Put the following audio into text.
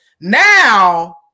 Now